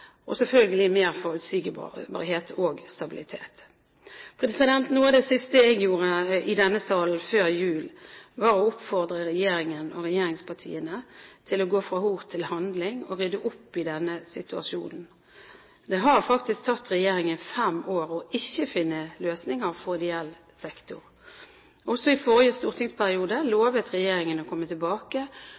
og selvfølgelig mer forutsigbarhet og stabilitet. Noe av det siste jeg gjorde i denne salen før jul, var å oppfordre regjeringen og regjeringspartiene til å gå fra ord til handling og rydde opp i denne situasjonen. Det har faktisk tatt regjeringen fem år ikke å finne løsninger for ideell sektor. Også i forrige stortingsperiode lovet regjeringen å komme tilbake